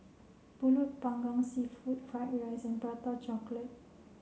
Pulut panggang seafood fried rice and prata chocolate